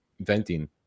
venting